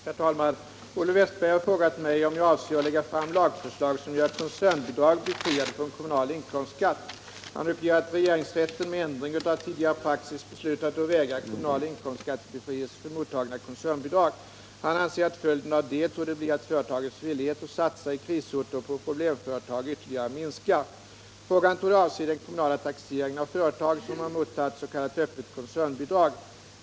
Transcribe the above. Herr talman! Olle Wästberg i Stockholm har frågat mig om jag avser att lägga fram lagförslag, som gör koncernbidrag befriade från kommunal inkomstskatt. Han uppger att regeringsrätten — med ändring av tidigare praxis — beslutat att vägra kommunal inkomstskattebefrielse för mottagna koncernbidrag. Han anser att följden av detta torde bli att företagens villighet att satsa i krisorter och på problemföretag ytterligare minskar. Frågan torde avse den kommunala taxeringen av företag som har mottagit s.k. öppet koncernbidrag.